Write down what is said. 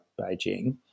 Beijing